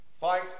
Fight